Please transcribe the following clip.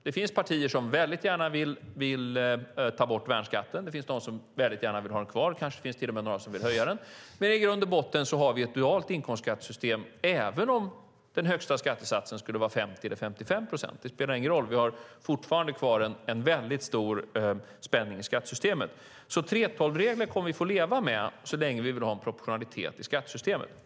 Det finns partier som väldigt gärna vill ta bort värnskatten, det finns de som vill ha den kvar och det finns kanske till och med några som vill höja den. Men i grund och botten har vi ett dualt inkomstskattesystem, även om den högsta skattesatsen skulle vara 50 eller 55 procent. Det spelar ingen roll, utan vi har fortfarande kvar en stor spänning i skattesystemet. 3:12-reglerna kommer vi alltså att få leva med så länge vi vill ha en proportionalitet i skattesystemet.